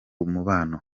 umubano